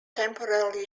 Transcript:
temporarily